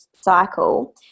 cycle